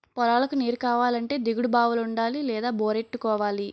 పొలాలకు నీరుకావాలంటే దిగుడు బావులుండాలి లేదా బోరెట్టుకోవాలి